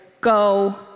go